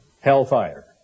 hellfire